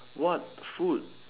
what food